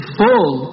full